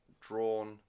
drawn